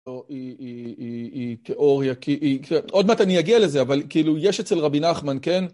היא תיאוריה, עוד מעט אני אגיע לזה, אבל כאילו, יש אצל רבי נחמן, כן?